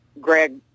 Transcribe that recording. Greg